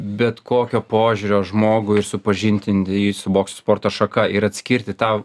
bet kokio požiūrio žmogų ir supažindinti jį su bokso sporto šaka ir atskirti tą